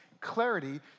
clarity